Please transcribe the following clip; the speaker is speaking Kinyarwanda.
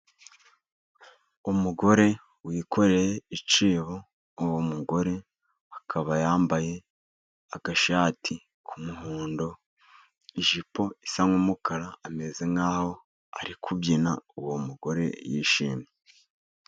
Umugore wikoreye ikibo, uwo mugore akaba yambaye ishati y’umuhondo, ijipo isa n’umukara. Ameze nk’aho ari kubyina. Uwo mugore yishimye.